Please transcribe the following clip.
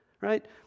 right